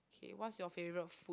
okay what's your favourite food